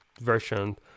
version